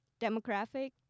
demographic